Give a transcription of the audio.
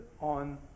on